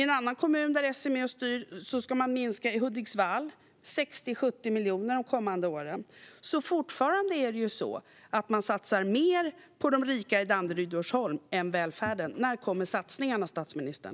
En annan kommun där S styr är Hudiksvall, och där ska man minska med 60-70 miljoner de kommande åren. Fortfarande satsar man mer på de rika i Danderyd och Djursholm än på välfärden. När kommer satsningarna, statsministern?